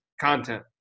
content